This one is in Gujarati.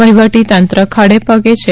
વહીવટી તંત્ર ખડેપગે છે